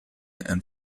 and